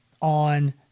on